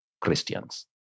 Christians